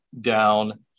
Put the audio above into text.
down